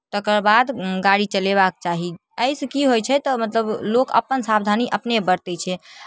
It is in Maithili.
तकर बाद गाड़ी चलेबाक चाही एहिसँ की होइ छै तऽ मतलब लोक अपन सावधानी अपने बरतै छै